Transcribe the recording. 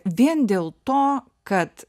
vien dėl to kad